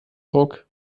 ruck